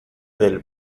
del